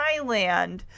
Thailand